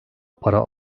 para